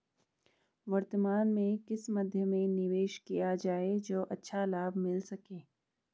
वर्तमान में किस मध्य में निवेश किया जाए जो अच्छा लाभ मिल सके?